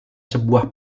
sebuah